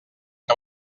que